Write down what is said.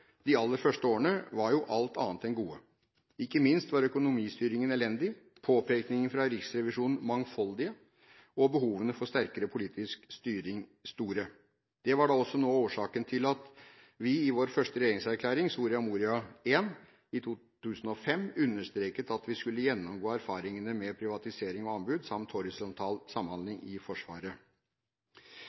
de aller første årene var jo alt annet enn gode – ikke minst var økonomistyringen elendig, påpekinger fra Riksrevisjonen mangfoldige og behovene for sterkere politisk styring store. Det var også noe av årsaken til at vi i vår første regjeringserklæring, Soria Moria I, i 2005 understreket at vi skulle gjennomgå erfaringene med privatisering og anbud samt horisontal samhandling i Forsvaret.